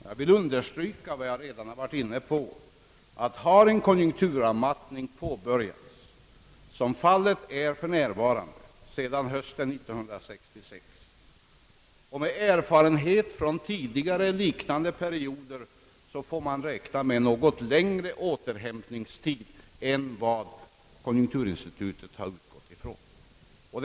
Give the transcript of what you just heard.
Jag vill understryka vad jag redan har varit inne på, nämligen att om en konjunkturavmattning har påbörjats, som fallet är sedan hösten 1966, får man med erfarenhet från tidigare liknande perioder räkna med något längre återhämtningstid än vad konjunkturinstitutet har utgått ifrån.